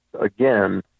again